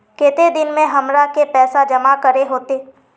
केते दिन में हमरा के पैसा जमा करे होते?